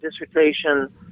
dissertation